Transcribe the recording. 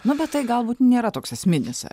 nu bet tai galbūt nėra toks esminis